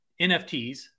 NFTs